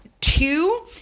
Two